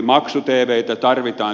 maksu tvitä tarvitaan